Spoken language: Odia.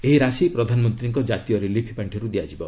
ଏହି ରାଶି ପ୍ରଧାନମନ୍ତ୍ରୀଙ୍କ କାତୀୟ ରିଲିଫ୍ ପାଣ୍ଠିରୁ ଦିଆଯିବ